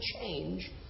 change